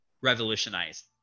revolutionized